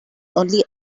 only